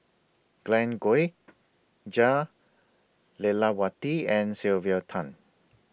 Glen Goei Jah Lelawati and Sylvia Tan